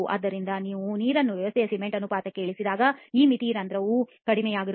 ಆದ್ದರಿಂದ ನೀವು ನೀರನ್ನು ವ್ಯವಸ್ಥೆಯ ಸಿಮೆಂಟ್ ಅನುಪಾತಕ್ಕೆ ಇಳಿಸಿದಾಗ ಈ ಮಿತಿ ರಂಧ್ರ ಕಡಿಮೆಯಾಗುತ್ತದೆ